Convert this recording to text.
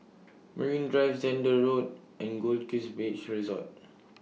Marine Drive Zehnder Road and Goldkist Beach Resort